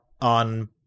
on